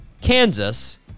kansas